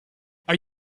are